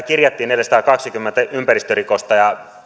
kirjattiin neljäsataakaksikymmentä ympäristörikosta ja